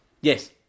Yes